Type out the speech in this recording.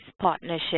partnership